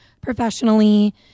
professionally